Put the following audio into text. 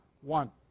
one